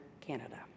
Canada